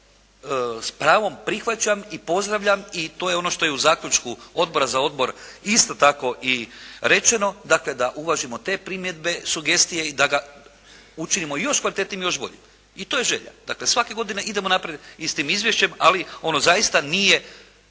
s pravom prihvaćam, pozdravljam i to je ono što je u zaključku Odbora za obranu isto tako i rečeno, dakle da uvažimo te primjedbe, sugestije i da ga učinimo još kvalitetnijim i još boljim i to je želja. Dakle svake godine idemo naprijed i s tim izvješćem, ali ono zaista nije